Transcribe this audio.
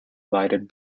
lighted